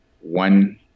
one